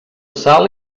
sal